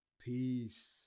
Peace